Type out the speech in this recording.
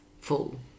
full